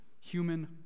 human